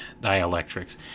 dielectrics